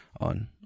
on